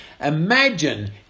Imagine